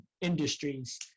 industries